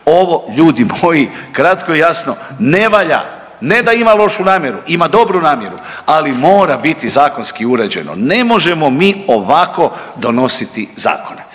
Ovo ljudi moji kratko i jasno ne valja. Ne da ima lošu namjeru, ima dobru namjeru, ali mora biti zakonski uređeno. Ne možemo mi ovako donositi zakone.